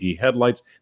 headlights